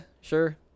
sure